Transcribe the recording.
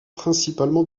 principalement